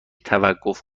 توقف